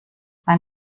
mein